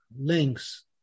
links